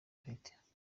afite